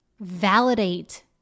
Validate